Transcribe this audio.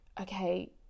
okay